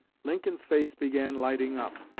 lincoln's face began lighting up,